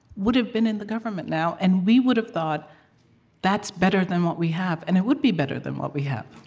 would've been in the government now. and we would've thought that's better than what we have. and it would be better than what we have,